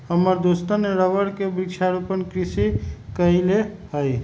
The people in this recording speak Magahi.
हमर दोस्त ने रबर के वृक्षारोपण कृषि कईले हई